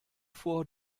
vor